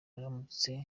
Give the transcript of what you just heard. aramutse